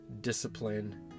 discipline